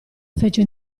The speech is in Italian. fece